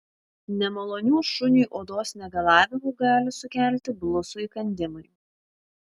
nemalonių šuniui odos negalavimų gali sukelti blusų įkandimai